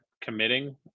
committing